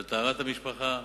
על טהרת המשפחה,